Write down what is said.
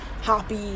happy